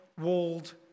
walled